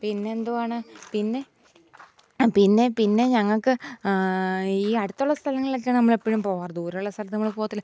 പിന്നെന്തുവാണ് പിന്നെ ആ പിന്നെ പിന്നെ ഞങ്ങൾക്ക് ഈ അടുത്തുള്ള സ്ഥലങ്ങളിലൊക്കെ നമ്മൾ എപ്പോഴും പോകാറ് ദൂരെയുള്ള സ്ഥലത്ത് നമ്മൾ പോകത്തില്ല